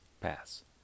pass